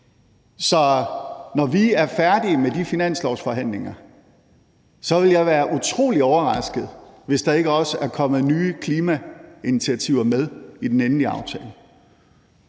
Så når vi er færdige med de finanslovsforhandlinger, ville jeg være utrolig overrasket, hvis der ikke også er kommet nye klimainitiativer med i den endelige aftale.